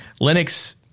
Linux